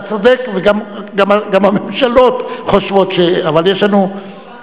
אתה צודק, גם הממשלות חושבות, הממשלה